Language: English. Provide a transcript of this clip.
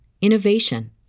innovation